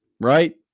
right